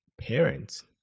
parents